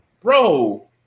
bro